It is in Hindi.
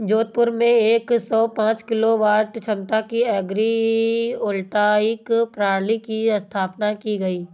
जोधपुर में एक सौ पांच किलोवाट क्षमता की एग्री वोल्टाइक प्रणाली की स्थापना की गयी